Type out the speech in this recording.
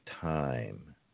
time